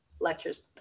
lectures